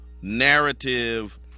narrative